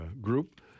group